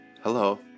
Hello